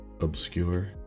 obscure